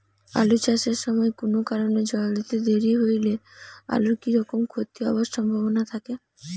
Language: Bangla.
আলু চাষ এর সময় কুনো কারণে জল দিতে দেরি হইলে আলুর কি রকম ক্ষতি হবার সম্ভবনা থাকে?